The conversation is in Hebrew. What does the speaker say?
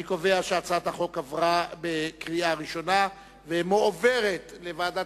אני קובע שהצעת החוק עברה בקריאה ראשונה ומועברת לוועדת